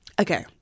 Okay